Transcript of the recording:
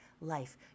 life